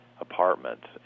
apartments